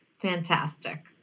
Fantastic